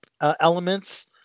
elements